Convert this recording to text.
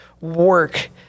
work